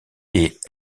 est